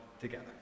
together